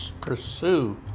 pursue